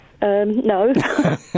No